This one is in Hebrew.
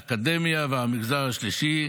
האקדמיה והמגזר השלישי,